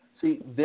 See